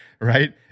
right